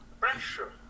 pressure